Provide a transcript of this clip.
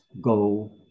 Go